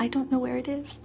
i don't know where it is